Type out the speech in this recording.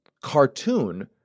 cartoon